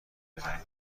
بدهید